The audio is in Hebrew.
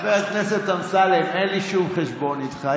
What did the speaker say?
חבר הכנסת אמסלם, אין לי שום חשבון איתך.